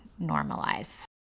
normalize